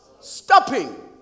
stopping